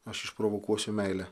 aš išprovokuosiu meilę